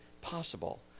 possible